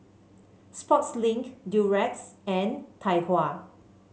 Sportslink Durex and Tai Hua